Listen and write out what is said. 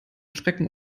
schrecken